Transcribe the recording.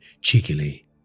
cheekily